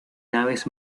naves